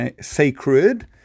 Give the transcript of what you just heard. sacred